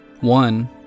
One